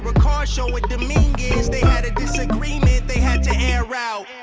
car show at dominguez, they had a disagreement they had to air out.